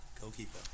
goalkeeper